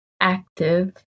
Active